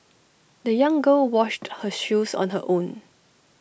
the young girl washed her shoes on her own